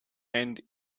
and